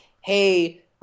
hey